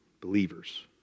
believers